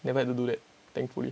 never had to do that thankfully